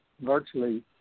virtually